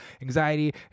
anxiety